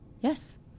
yes